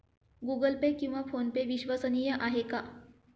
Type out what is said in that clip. Google Pay किंवा PhonePe विश्वसनीय आहेत का?